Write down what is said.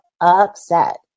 upset